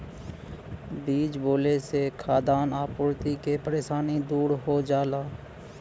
बीज बोले से खाद्यान आपूर्ति के परेशानी दूर हो जाला